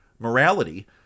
Morality